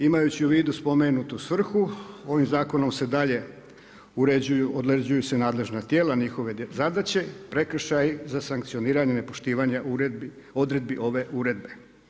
Imajući u vidu spomenutu svrhu, ovim zakonom se dalje određuju se nadležna tijela, njihove zadaće, prekršaji za sankcioniranje nepoštivanja odredbi ove uredbe.